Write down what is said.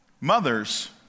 Mother's